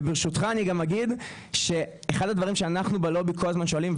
וברשותך אני אגיד שאחד הדברים שאנחנו בלובי כל הזמן שואלים,